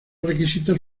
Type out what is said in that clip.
requisitos